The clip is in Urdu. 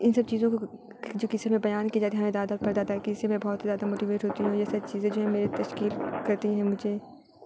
ان سب چیزوں کو جو کسی میں بیان کیے جاتے ہیں ہمارے دادا پردادا جس سے میں بہت زیادہ موٹیویٹ ہوتی ہوں یہ سب چیزیں جو ہیں میرے تشکیل کرتی ہیں مجھے